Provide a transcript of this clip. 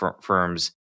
firms